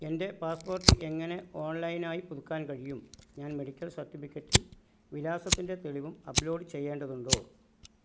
എൻ്റെ പാസ്പോർട്ട് എങ്ങനെ ഓൺലൈനായി പുതുക്കാൻ കഴിയും ഞാൻ മെഡിക്കൽ സർട്ടിഫിക്കറ്റും വിലാസത്തിൻ്റെ തെളിവും അപ്ലോഡ് ചെയ്യേണ്ടതുണ്ടോ